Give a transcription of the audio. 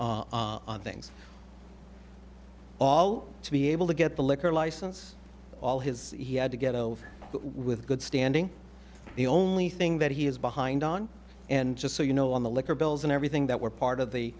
on things all to be able to get the liquor license all his he had to get it over with good standing the only thing that he is behind on and just so you know on the liquor bills and everything that were part of